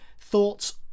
thoughts